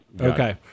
okay